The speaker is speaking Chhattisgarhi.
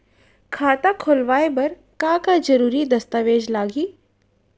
खाता खोलवाय बर का का जरूरी दस्तावेज लागही?